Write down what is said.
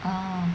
ah